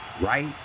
right